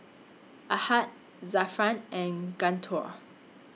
Ahad Zafran and Guntur